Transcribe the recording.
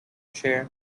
chair